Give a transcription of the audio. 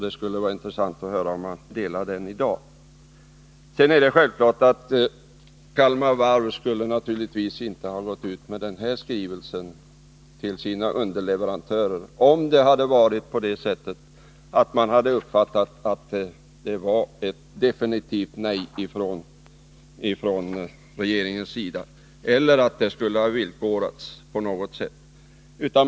Det skulle vara intressant att få höra om han delar den också i dag. Det är vidare självklart att Kalmar Varv naturligtvis inte skulle ha gått ut med denna skrivelse till sina underleverantörer, om det hade uppfattat läget så att regeringen definitivt hade sagt nej eller att regeringens ställningstagande på något sätt var villkorat.